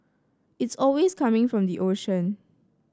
it's always coming from the ocean